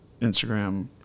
Instagram